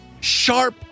sharp